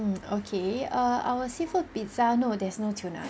~(mm) okay err our seafood pizza no there's no tuna